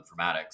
informatics